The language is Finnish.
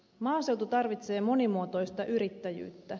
maaseutu tarvitsee monimuotoista yrittäjyyttä